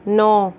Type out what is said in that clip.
नौ